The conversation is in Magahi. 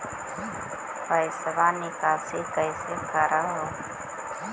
पैसवा निकासी कैसे कर हो?